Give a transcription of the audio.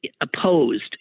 opposed